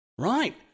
Right